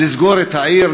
לסגור את העיר,